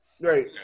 Right